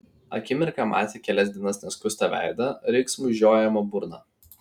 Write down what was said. akimirką matė kelias dienas neskustą veidą riksmui žiojamą burną